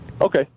Okay